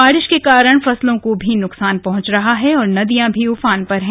बारिश के कारण फसलों को भी नुकसान पहुंच रहा है और नदियां भी उफान पर है